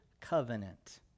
Covenant